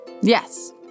Yes